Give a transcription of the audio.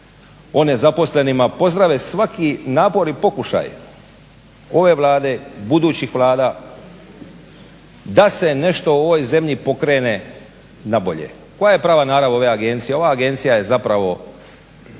o nezaposlenima pozdrave svaki napor i pokušaj ove Vlade, budućih vlada da se nešto u ovoj zemlji pokrene nabolje. Koja je prava narav ove agencije? Ova agencija je zapravo